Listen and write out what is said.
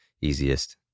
easiest